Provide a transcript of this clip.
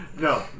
No